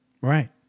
Right